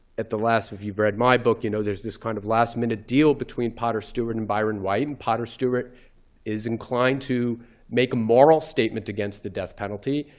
at the last, if you've read my book, you know there's this kind of last minute deal between potter stewart and byron white. and potter stewart is inclined to make a moral statement against the death penalty.